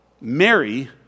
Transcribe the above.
Mary